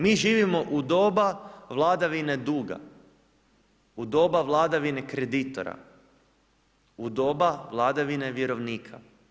Mi živimo u doba vladavine duga, u doba vladavine kreditora, u doba vladavine vjerovnika.